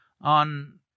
on